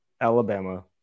Alabama